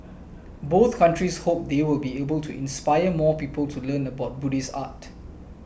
both countries hope they will be able to inspire more people to learn about Buddhist art